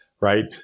right